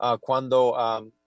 cuando